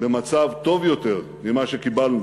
במצב טוב יותר ממה שקיבלנו.